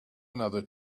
another